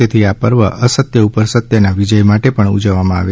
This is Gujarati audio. તેથી આ પર્વ અસત્ય ઉપર સત્યના વિજય માટે પણ ઉજવવામાં આવે છે